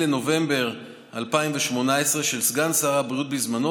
בנובמבר 2018 אף בוצעה פנייה של סגן שר הבריאות בזמנו,